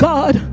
God